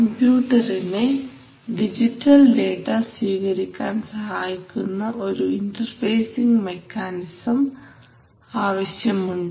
കമ്പ്യൂട്ടറിനെ digital data സ്വീകരിക്കാൻ സഹായിക്കുന്ന ഒരു ഇൻറർഫേസിങ് മെക്കാനിസം ആവശ്യമുണ്ട്